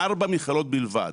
4 מכללות בלבד.